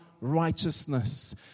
righteousness